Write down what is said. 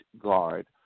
guard